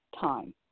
time